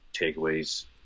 Takeaways